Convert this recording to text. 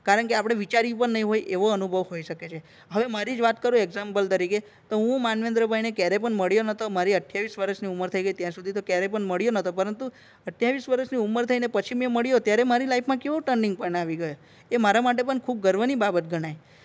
કારણકે આપણે વિચાર્યુ પણ નહીં હોય એવો અનુભવ હોઈ શકે છે હવે મારી જ વાત કરું એક્ઝામ્પલ તરીકે તો હું માનવેંદ્રભાઈને ક્યારેય પણ મળ્યો નહોતો મારી અઠ્ઠાવીસ વર્ષની ઉમર થઈ ગઈ ત્યાં સુધી તો ક્યારેય પણ મળ્યો નહોતો પરંતુ અઠ્ઠાવીસ વર્ષની ઉમર થઈને પછી મેં મળ્યો ત્યારે મારી લાઇફમાં કેવો ટર્નિંગ પોઈન્ટ આવી ગયો એ મારા માટે પણ ખૂબ ગર્વની બાબત ગણાય